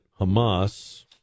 Hamas